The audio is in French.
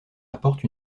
apporte